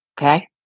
okay